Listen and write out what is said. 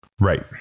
Right